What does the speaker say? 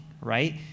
right